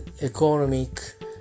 economic